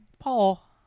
Paul